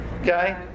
Okay